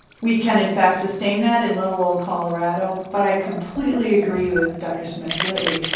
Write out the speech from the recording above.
we can, in fact, sustain that in little, old colorado, but i completely agree with dr. smith-whitley.